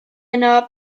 yno